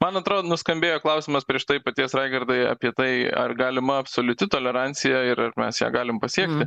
man atrodo nuskambėjo klausimas prieš tai paties raigardai apie tai ar galima absoliuti tolerancija ir mes ją galim pasiekti